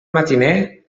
matiner